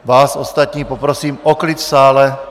Vás ostatní poprosím o klid v sále.